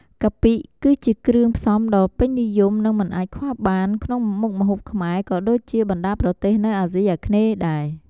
កាពិ ជាគ្រឿងផ្សំដ៏ពេញនិយមនិងមិនអាចខ្វះបានក្នុងមុខម្ហូបខ្មែរ ក៏ដូចជាបណ្តាប្រទេសនៅអាស៊ីអាគ្នេយ៍ដែរ។